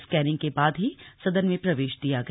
scanning के बाद ही सदन में प्रवेश दिया गया